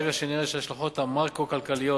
ברגע שנראה שההשלכות המקרו-כלכליות,